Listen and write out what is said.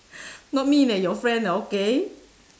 not me leh your friend ah okay